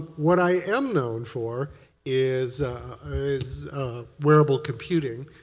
what i am known for is is variable computing.